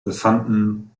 befanden